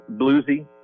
bluesy